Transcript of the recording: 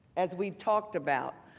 as we talk about,